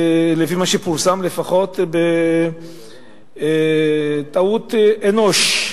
לפי מה שפורסם לפחות, של טעות אנוש.